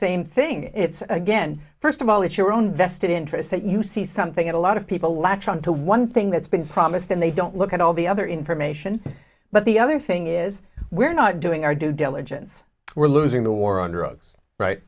same thing it's again first of all it's your own vested interest that you see something that a lot of people latch on to one thing that's been promised and they don't look at all the other information but the other thing is we're not doing our due diligence we're losing the war on drugs right